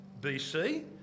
BC